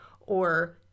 Or-